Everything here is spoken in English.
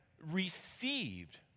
received